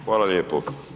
Hvala lijepo.